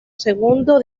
segundo